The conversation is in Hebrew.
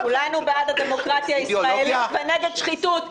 כולנו בעד הדמוקרטיה הישראלית ונגד שחיתות.